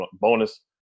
bonus